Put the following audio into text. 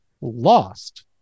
lost